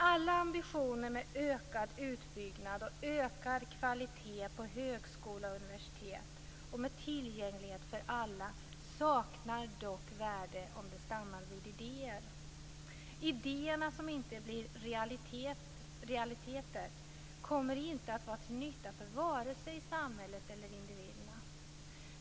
Alla ambitioner med en ökad utbyggnad och ökad kvalitet på högskola och universitet och med tillgänglighet för alla saknar dock värde om det stannar vid idéer. Idéer som inte blir realiteter kommer inte att vara till nytta för vare sig samhället eller individerna.